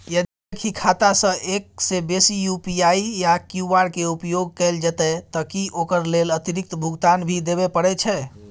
यदि एक ही खाता सं एक से बेसी यु.पी.आई या क्यू.आर के उपयोग कैल जेतै त की ओकर लेल अतिरिक्त भुगतान भी देबै परै छै?